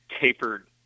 Tapered